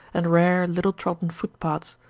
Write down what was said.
and rare, little-trodden footpaths,